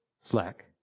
slack